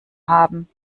haben